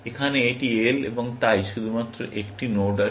এখানে এটি L এবং তাই শুধুমাত্র একটি নোড আছে